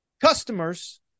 customers